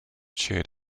shared